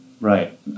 right